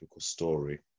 story